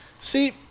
See